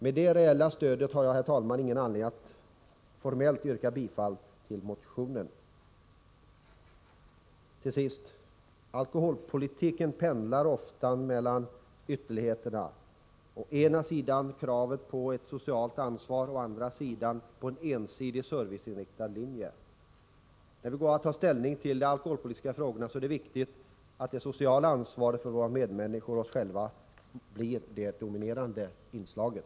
Med det reella stödet har jag, herr talman, ingen anledning att formellt yrka bifall till motionen. Till sist. Alkoholpolitiken pendlar ofta mellan ytterligheterna: å ena sidan kravet på socialt ansvar och å andra sidan en ensidigt serviceinriktad linje. När vi går att ta ställning till de alkoholpolitiska frågorna är det viktigt att det sociala ansvaret för våra medmänniskor och oss själva blir det dominerande inslaget.